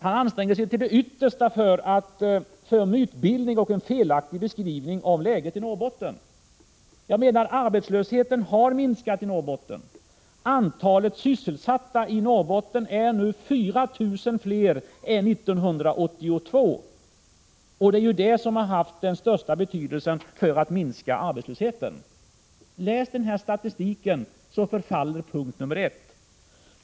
Han ansträngde sig till det yttersta med mytbildning och med att ge en felaktig beskrivning av läget. Arbetslösheten i Norrbotten har minskat. Antalet sysselsatta är nu 4 000 fler än 1982, och det är ju det som har haft den största betydelsen för att minska arbetslösheten. Läser man den här statistiken så faller punkt nr 1.